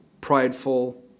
prideful